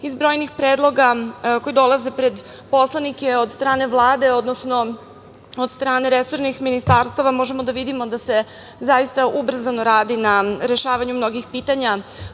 brojnih predloga koji dolaze pred poslanike od strane Vlade, odnosno od strane resornih ministarstava možemo da vidimo da se zaista ubrzano radi na rešavanju mnogih pitanja